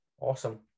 Awesome